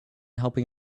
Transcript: helping